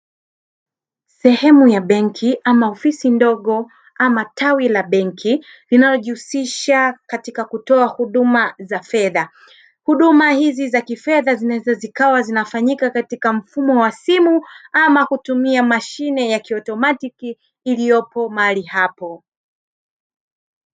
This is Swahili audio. Sehemu ya benki ama ofisi ndogo ama tawi la benki linalojihusisha katika kutoa huduma za fedha. Huduma hizi za kifedha zinaweza zikawa zinafanyika katika mfumo wa simu ama kutumia mashine ya kiautomatiki iliyopo mahali hapo.